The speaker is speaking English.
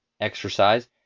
exercise